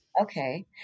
okay